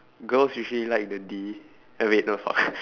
girls usually like the D uh wait no fuck